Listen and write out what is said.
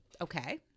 okay